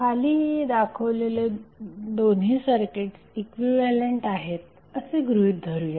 खाली दाखवलेले दोन सर्किट्स इक्विव्हॅलेंट आहेत असे गृहीत धरूया